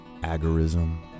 agorism